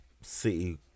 City